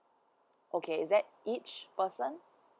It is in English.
okay that each person